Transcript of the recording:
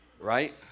right